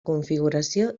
configuració